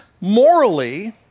morally